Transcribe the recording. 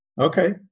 Okay